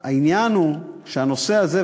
העניין הוא שהנושא הזה,